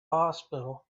hospital